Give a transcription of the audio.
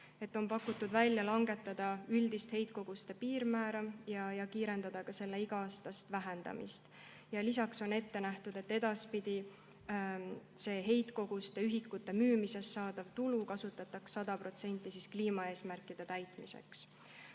On pakutud välja langetada üldist heitkoguste piirmäära ja kiirendada selle iga-aastast vähendamist. Lisaks on ette nähtud, et edaspidi heitkoguste ühikute müügist saadavat tulu kasutataks 100% ulatuses kliimaeesmärkide täitmiseks.